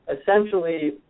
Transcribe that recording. essentially